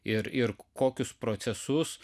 ir ir kokius procesus